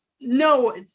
no